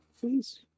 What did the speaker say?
Please